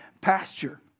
pasture